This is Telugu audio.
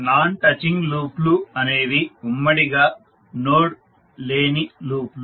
నాన్ టచింగ్ లూప్లు అనేవి ఉమ్మడిగా నోడ్ లేని లూప్లు